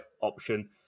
option